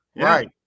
Right